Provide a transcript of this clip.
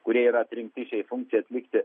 kurie yra atrinkti šiai funkcijai atlikti